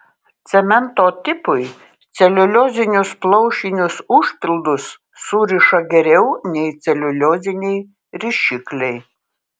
cemento tipui celiuliozinius plaušinius užpildus suriša geriau nei celiulioziniai rišikliai